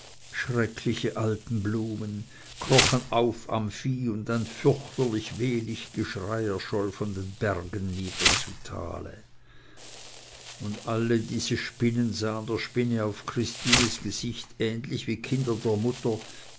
schreckliche alpenblumen krochen auf am vieh und ein fürchterlich wehlich geschrei erscholl von den bergen nieder zu tale und alle diese spinnen sahen der spinne auf christines gesicht ähnlich wie kinder der mutter